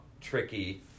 Tricky